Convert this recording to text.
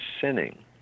sinning